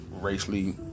racially